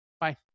Bye